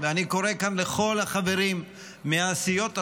ואני קורא כאן היום לכל החברים מהסיעות השונות,